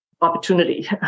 opportunity